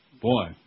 Boy